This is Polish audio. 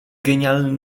genial